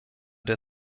der